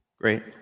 Great